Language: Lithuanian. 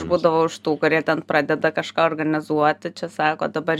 aš būdavau iš tų kurie ten pradeda kažką organizuoti čia sako dabar